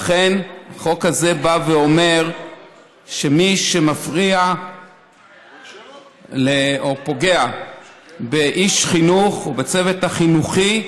לכן החוק הזה בא ואומר שמי שמפריע או פוגע באיש חינוך או בצוות החינוכי,